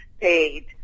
paid –